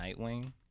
Nightwing